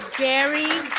gary.